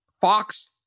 Fox